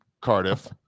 Cardiff